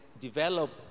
develop